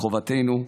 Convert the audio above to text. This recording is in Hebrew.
מחובתנו,